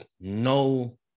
no –